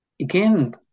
again